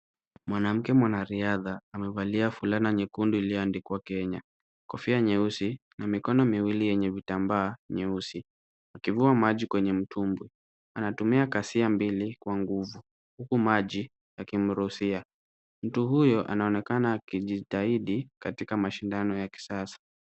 Mwanamke mwanariadha amevalia fulana nyekundu iliyoandikwa Kenya. Kofia nyeusi na mikono miwili yenye vitambaa nyeusi akivua maji kwenye mtumbwi. Anatumia kasia mbili kwa nguvu huku maji yakimrukia. Mtu huyo anaonekana akijitahidi katika mashindano ya kisasa.